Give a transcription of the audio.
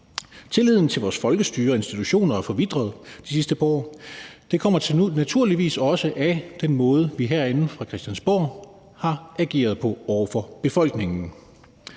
Tilliden til vores folkestyre og institutioner er forvitret de sidste par år. Det kommer naturligvis også af den måde, vi herinde fra Christiansborg har ageret på over for befolkningen.